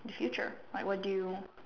the future like what do you